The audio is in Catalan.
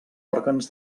òrgans